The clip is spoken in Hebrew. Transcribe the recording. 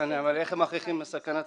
אבל איך מוכיחים את זה?